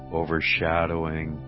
overshadowing